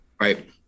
right